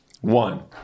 One